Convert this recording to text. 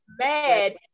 mad